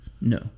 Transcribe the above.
No